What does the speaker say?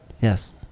Yes